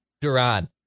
Duran